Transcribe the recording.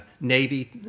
Navy